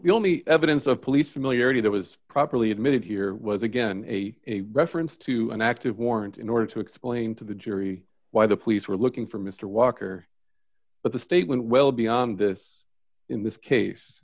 the only evidence of police familiarity that was properly admitted here was again a reference to an active warrant in order to explain to the jury why the police were looking for mr walker but the statement well beyond this in this case